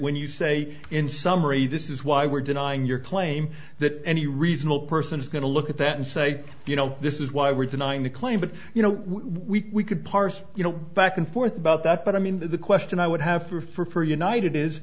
when you say in summary this is why we're denying your claim that any reasonable person is going to look at that and say you know this is why we're denying the claim but you know we could parse you know back and forth about that but i mean the question i would have for for united is